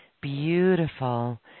Beautiful